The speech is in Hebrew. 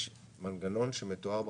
יש מנגנון שמתואם בחקיקה,